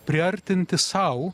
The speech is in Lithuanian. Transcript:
priartinti sau